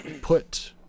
put